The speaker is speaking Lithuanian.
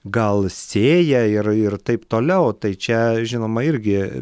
gal sėja ir ir taip toliau tai čia žinoma irgi